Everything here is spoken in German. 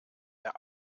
der